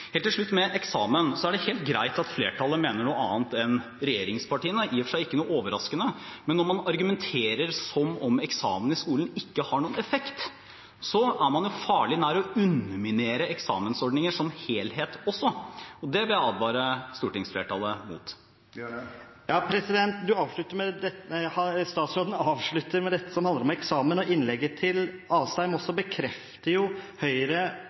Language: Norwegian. Helt til slutt til dette med eksamener: Det er helt greit at flertallet mener noe annet enn regjeringspartiene. Det er i og for seg ikke noe overraskende. Men når man argumenterer som om eksamen i skolen ikke har noen effekt, er man farlig nær å underminere eksamensordningen som helhet også. Det vil jeg advare stortingsflertallet mot. Statsråden avslutter med dette som handler om eksamen. Innlegget til representanten Asheim bekreftet også Høyre